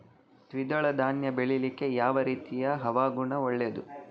ದ್ವಿದಳ ಧಾನ್ಯ ಬೆಳೀಲಿಕ್ಕೆ ಯಾವ ರೀತಿಯ ಹವಾಗುಣ ಒಳ್ಳೆದು?